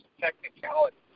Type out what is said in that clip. technicality